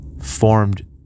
formed